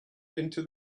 into